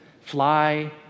fly